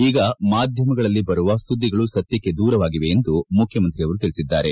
ಈಗ ಮಾಧ್ಯಮಗಳಲ್ಲಿ ಬರುವ ಸುದ್ದಿಗಳು ಸತ್ಯಕ್ಕ ದೂರವಾಗಿವೆ ಎಂದು ಮುಖ್ಚಮಂತ್ರಿಯವರು ತಿಳಿಸಿದ್ದಾರೆ